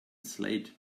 slade